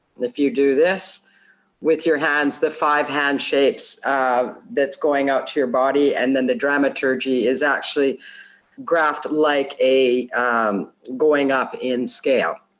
and if you do this with your hands, the five hand shapes that's going out to your body, and then the dramaturgy is actually graphed like um going up in scale.